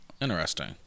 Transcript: Interesting